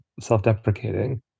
self-deprecating